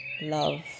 love